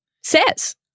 says